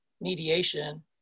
mediation